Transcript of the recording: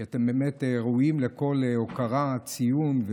כי אתם באמת ראויים לכל הוקרה וציון.